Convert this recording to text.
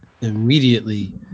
immediately